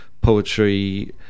poetry